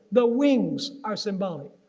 the wings are symbolic.